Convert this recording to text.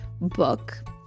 book